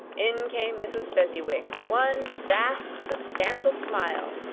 in came mrs. fezziwig, one vast substantial smile.